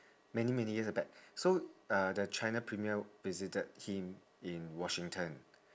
many many years back so uh the china premier visited him in washington